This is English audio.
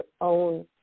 own